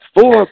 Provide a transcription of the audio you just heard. four